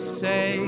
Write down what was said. say